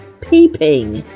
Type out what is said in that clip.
peeping